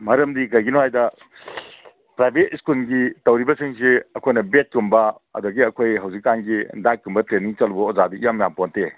ꯃꯔꯝꯗꯤ ꯀꯩꯒꯤꯅꯣ ꯍꯥꯏꯗ ꯄ꯭ꯔꯥꯏꯚꯦꯠ ꯁ꯭ꯀꯨꯜꯒꯤ ꯇꯧꯔꯤꯕꯁꯤꯡꯁꯤ ꯑꯩꯈꯣꯏꯅ ꯕꯦꯠꯀꯨꯝꯕ ꯑꯗꯒꯤ ꯑꯩꯈꯣꯏ ꯍꯧꯖꯤꯛꯀꯥꯟꯒꯤ ꯗꯥꯏꯠꯀꯨꯝꯕ ꯇ꯭ꯔꯦꯟꯅꯤꯡ ꯆꯠꯂꯨꯕ ꯑꯣꯖꯥꯗꯤ ꯏꯌꯥꯝ ꯌꯥꯝꯄꯣꯟꯇꯦ